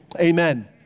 Amen